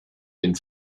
den